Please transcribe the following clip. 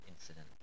incident